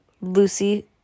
Lucy